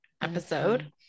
episode